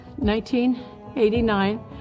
1989